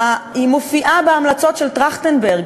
היא מופיעה בהמלצות של טרכטנברג,